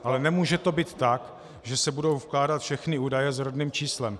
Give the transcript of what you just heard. Ale nemůže to být tak, že se budou vkládat všechny údaje s rodným číslem.